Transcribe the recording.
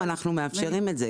היום אנחנו מאפשרים את זה.